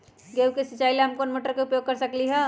गेंहू के सिचाई ला हम कोंन मोटर के उपयोग कर सकली ह?